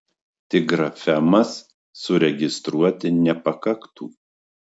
tik grafemas suregistruoti nepakaktų